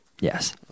yes